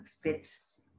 fits